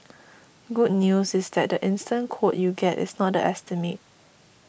good news is that the instant quote you get is not the estimate